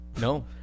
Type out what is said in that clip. no